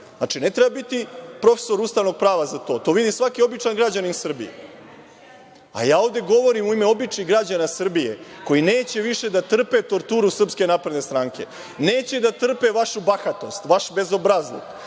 Znači, ne treba biti profesor ustavnog prava za to. To vidi svaki običan građanin Srbije. Ja ovde govorim u ime običnih građana Srbije, koji neće više da trpe torturu SNS, neće da trpe vašu bahatost, vaš bezobrazluk,